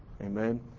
Amen